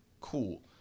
Cool